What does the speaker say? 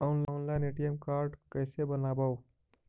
Online ATM card कैसे बनाबौ?